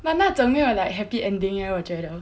but 那种 like 没有 happy ending leh 我觉得